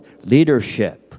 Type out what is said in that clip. leadership